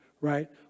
right